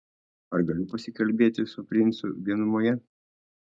ar galiu pasikalbėti su princu vienumoje